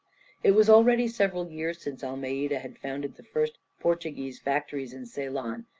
it was already several years since almeida had founded the first portuguese factories in ceylon,